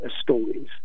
stories